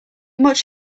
much